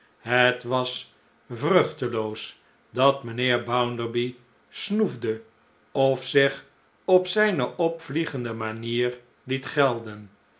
het was vruchteloos dat mijnheer bounderby snoefde of zich op zijne opvl'iegende manier liet gelden